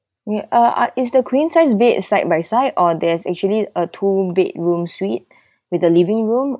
yup ah is the queen size bed side by side or there's actually a two bedroom suite with a living room